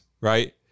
right